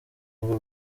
ubwo